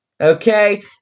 Okay